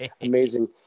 amazing